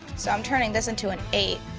so i'm turning this into an eight.